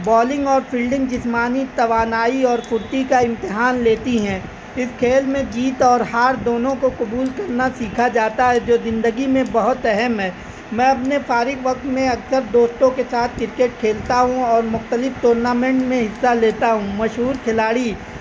bowling اور fielding جسمانی توانائی اور پھرتی کا امتحان لیتی ہیں اس کھیل میں جیت اور ہار دونوں کو قبول کرنا سیکھا جاتا ہے جو زندگی میں بہت اہم ہے میں اپنے فارغ وقت میں اکثر دوستوں کے ساتھ کرکٹ کھیلتا ہوں اور مختلف ٹورنامنٹ میں حصہ لیتا ہوں مشہور کھلاڑی